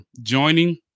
joining